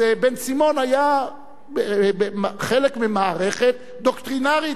אז בן-סימון היה חלק ממערכת דוקטרינרית,